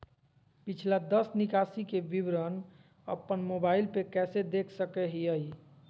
पिछला दस निकासी के विवरण अपन मोबाईल पे कैसे देख सके हियई?